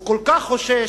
הוא כל כך חושש